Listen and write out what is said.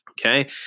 Okay